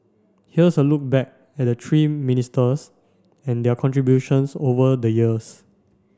here's a look back at the three ministers and their contributions over the years